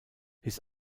his